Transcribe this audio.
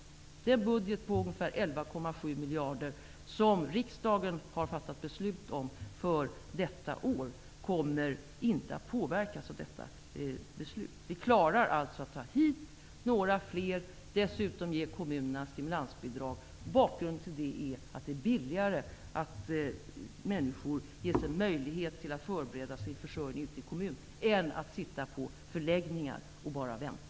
Det är fråga om en budget på ungefär 11,7 miljarder kronor som riksdagen har fattat beslut om för detta år. Den budgeten kommer inte att påverkas av dessa förslag. Vi klarar av att ta hit några fler. Dessutom får kommunerna stimulansbidrag. Bakgrunden är att det är billigare att människor ges en möjlighet till att förbereda sig för att försörja sig ute i kommunerna än att sitta på förläggningar och bara vänta.